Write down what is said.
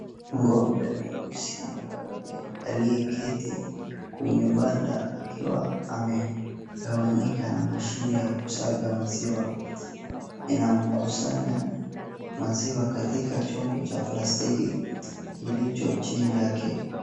Ng'ombe mweusi na mweupe aliyeketi kwenye banda akiwa amegawanyika na mashine ya kusaga maziwa, inamkusanya maziwa katika chombo cha plastiki kilicho chini yake.